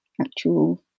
actual